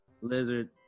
lizard